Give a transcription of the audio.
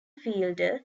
fielder